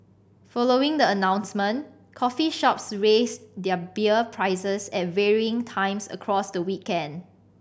following the announcement coffee shops raised their beer prices at varying times across the weekend